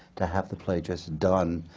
to have the play just done,